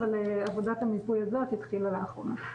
אבל עבודת המיפוי הזאת התחילה לאחרונה.